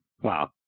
Wow